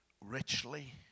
richly